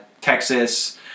Texas